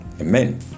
Amen